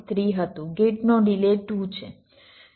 3 હતું ગેટનો ડિલે 2 છે